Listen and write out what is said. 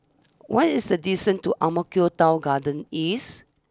what is the distance to Ang Mo Kio Town Garden East